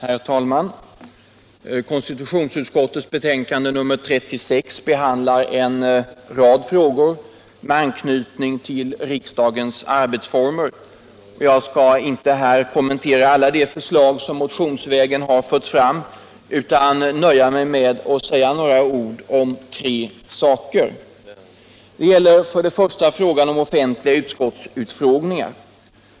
Herr talman! Konstitutionsutskottets betänkande nr 36 behandlar en rad frågor med anknytning till riksdagens arbetsformer. Jag skall inte här kommentera alla de förslag som motionsvägen har förts fram utan nöjer mig med att säga några ord om tre saker. Det gäller då först frågan om offentliga utskottsutfrågningar.